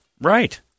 Right